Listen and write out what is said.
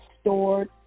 stored